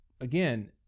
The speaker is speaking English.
again